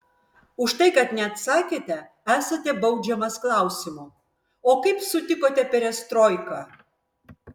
už tai kad neatsakėte esate baudžiamas klausimu o kaip sutikote perestroiką